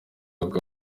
ngo